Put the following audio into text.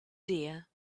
dear